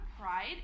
pride